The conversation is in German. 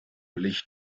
licht